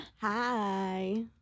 Hi